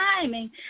timing